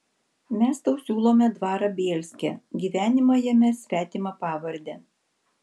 mes tau siūlome dvarą bielske gyvenimą jame svetima pavarde